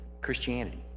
Christianity